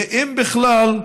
ואם בכלל,